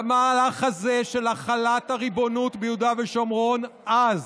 למהלך הזה של החלת הריבונות ביהודה ושומרון אז